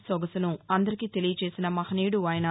సాగసును అందరికీ తెలియజేసిన మహనీయుడాయన